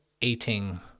eating